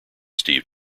steve